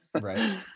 Right